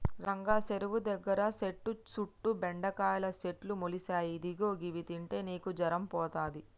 రంగా సెరువు దగ్గర సెట్టు సుట్టు బెండకాయల సెట్లు మొలిసాయి ఇదిగో గివి తింటే నీకు జరం పోతది